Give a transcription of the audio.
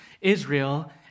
Israel